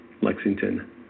Lexington